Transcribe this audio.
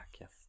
yes